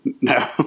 No